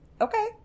Okay